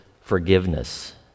forgiveness